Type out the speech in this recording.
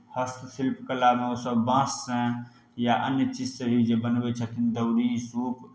हस्त शिल्पकलामे ओसभ बाँससँ या अन्य चीजसँ भी जे बनबै छथिन दौरी सूप